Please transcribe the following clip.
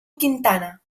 quintana